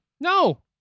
No